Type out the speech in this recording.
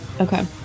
Okay